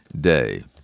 day